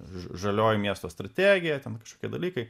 ža žalioji miesto strategija ten kažkokie dalykai